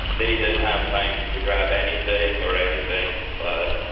they didn't have time to grab anything or anything. but,